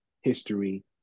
history